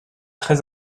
très